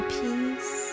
peace